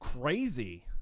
crazy